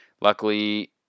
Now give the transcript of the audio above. Luckily